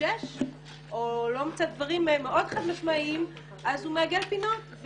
חושש או לא מוצא דברים מאוד חד משמעיים ולכן הוא מעגל פינות.